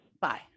Bye